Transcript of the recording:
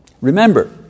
Remember